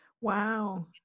Wow